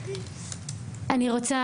אני רוצה